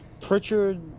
Pritchard